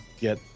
get